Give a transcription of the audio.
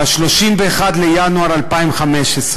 ב-31 בינואר 2015,